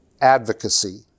advocacy